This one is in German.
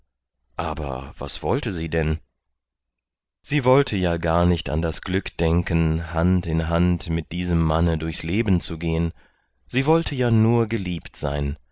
aber was wollte sie denn sie wollte ja gar nicht an das glück denken hand in hand mit diesem manne durchs leben zu gehen sie wollte ja nur geliebt sein